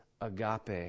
agape